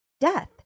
death